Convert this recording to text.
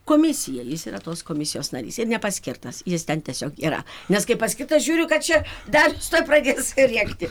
komisija jis yra tos komisijos narys ir nepaskirtas jis ten tiesiog yra nes kai paskirtas žiūriu kad čia dar tuoj pradės rėkti